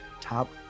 top